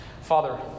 Father